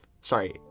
Sorry